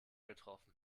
getroffen